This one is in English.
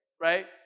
right